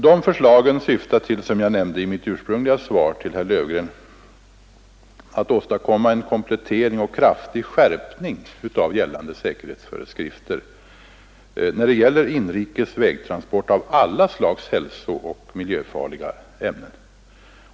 De förslagen avser, som jag nämnde i mitt interpellationssvar till herr Löfgren, att ”åstadkomma en komplette ring och en kraftig skärpning av gällande säkerhetsföreskrifter när det gäller inrikes vägtransport av alla slags hälsooch miljöfarliga ämnen”.